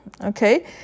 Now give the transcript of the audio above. Okay